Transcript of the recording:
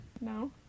No